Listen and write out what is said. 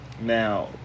Now